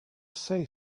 say